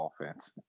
offense